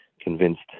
convinced